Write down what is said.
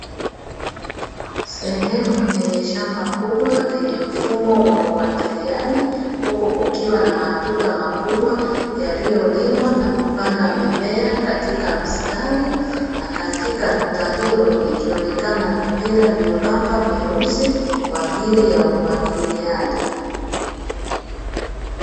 Sehemu yenye shamba kubwa lenye mfumo wa umwagiliaji, huku kukiwa na matuta makubwa yaliyolimwa na kupandwa mimea katika mistari, na katika tuta hilo ikionekana mipira membamba meusi inayotumika kwa ajili ya umwagiliaji.